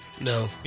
No